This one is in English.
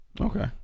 Okay